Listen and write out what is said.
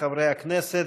חברי הכנסת,